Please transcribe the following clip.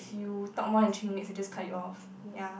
you talk more than three minutes it'll just cut you off ya